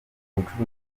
ubucuruzi